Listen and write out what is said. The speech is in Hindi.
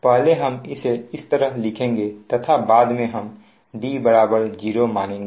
पहले हम इसे इस तरह लिखेंगे तथा बाद में हम D 0 मानेंगे